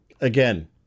again